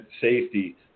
safety